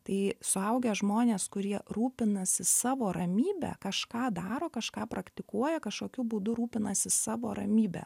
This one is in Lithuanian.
tai suaugę žmonės kurie rūpinasi savo ramybe kažką daro kažką praktikuoja kažkokiu būdu rūpinasi savo ramybe